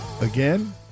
Again